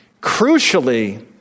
Crucially